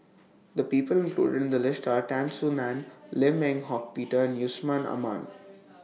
The People included in The list Are Tan Soo NAN Lim Eng Hock Peter and Yusman Aman